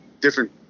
different